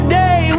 day